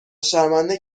شرمنده